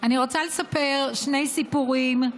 רוצה לספר שני סיפורים,